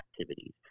activities